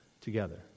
together